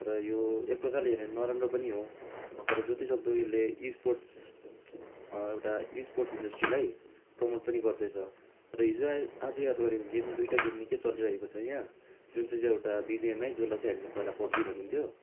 र यो एकप्रकारले हेऱ्यो भने नराम्रो पनि हो तर जतिसक्दो यसले स्पोर्ट्स एउटा स्पोर्ट्स इन्डस्ट्रीलाई प्रोमोट पनि गर्दैछ र हिजो आइ आज याद गरेको गेम दुइटा गेम निकै चलिरहेको छ यहाँ जुन चाहिँ चाहिँ एउटा बिजेएमआई जसलाई चाहिँ हामी पहिला पब्जी भनिन्थ्यो